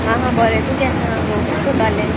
आ हा बरें तूं केशें आहा गो कित कोतालें